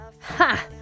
Ha